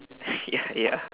ya